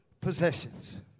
possessions